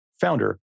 founder